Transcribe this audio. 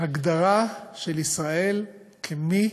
ההגדרה של ישראל כמי